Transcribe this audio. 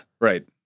right